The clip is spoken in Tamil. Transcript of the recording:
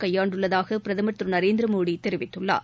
கையாண்டுள்ளதாக பிரதமர் திரு நரேந்திரமோடி தெரிவித்துள்ளார்